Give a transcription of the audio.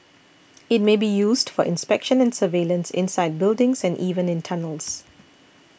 it may be used for inspection and surveillance inside buildings and even in tunnels